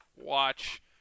watch